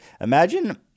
Imagine